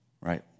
Right